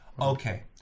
Okay